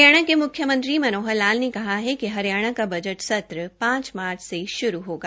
हरियाणा के म्ख्यमंत्री मनोहर लाल ने कहा है कि हरियाणा का बजट सत्र पांच मार्च से श्रू होगा